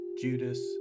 Judas